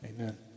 Amen